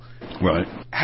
Right